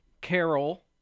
Carol